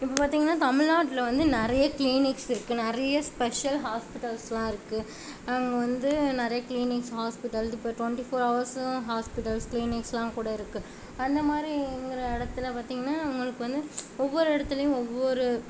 இப்போ பார்த்தீங்ன்னா தமிழ்நாட்டில் வந்து நிறைய கிளினிக்ஸ் இருக்குது நிறைய ஸ்பெஷல் ஹாஸ்பிடல்ஸ்லாம் இருக்குது வந்து நிறைய க்ளீனிக்ஸ் ஹாஸ்பிடல்ஸ் இப்போ டொண்ட்டி ஃபோர் அவர்ஸும் ஹாஸ்பிடல்ஸ் க்ளீனிக்ஸ்லாம் கூட இருக்குது அந்தமாதிரிங்குற இடத்துல பார்த்தீங்ன்னா உங்களுக்கு வந்து ஒவ்வொரு இடத்துலையும் ஒவ்வொரு